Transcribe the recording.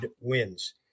wins